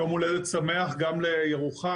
יום הולדת שמח גם לירוחם.